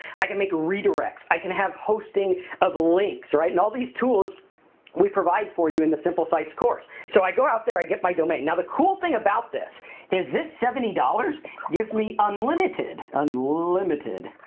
i can make redirects. i can have hosting of links, right? and all these tools we provide for you in the simple sites course. so, i go out there, i get my domain. now, the cool thing about this is this seventy dollars gives me unlimited, unlimited,